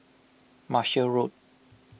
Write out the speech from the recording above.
Marshall Road